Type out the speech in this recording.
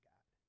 God